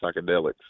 psychedelics